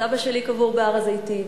סבא שלי קבור בהר-הזיתים.